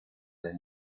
las